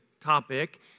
topic